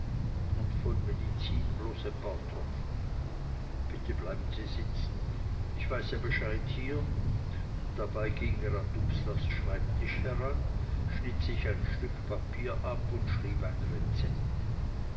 und von medizin bloß ein paar tropfen bitte bleiben sie sitzen ich weiß ja bescheid hier und dabei ging er an dubslavs schreibtisch heran schnitt sich ein stück papier ab und schrieb ein rezept